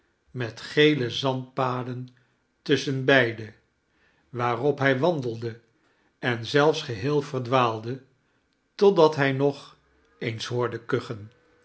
met gele zandpaden tusschenbeide waarop hij wandelde en zelfs geheel verdwaalde totdat hij nog eens hoorde kuchen